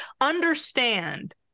Understand